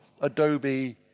Adobe